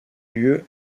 lieu